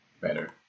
better